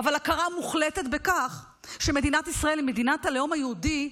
אבל עם הכרה מוחלטת בכך שמדינת ישראל היא מדינת הלאום היהודי,